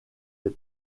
des